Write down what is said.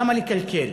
למה לקלקל?